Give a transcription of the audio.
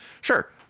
Sure